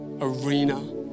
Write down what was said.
arena